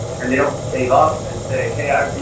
and they don't save up and say hey, i,